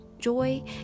Joy